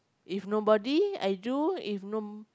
if nobody I do if no